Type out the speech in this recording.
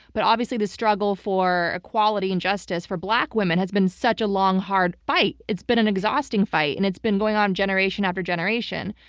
but obviously the struggle for equality and justice for black women has been such a long, hard fight. it's been an exhausting fight and it's been going on generation after generation.